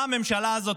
מה הממשלה הזאת,